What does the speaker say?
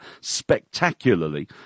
spectacularly